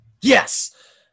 yes